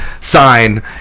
sign